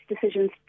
decisions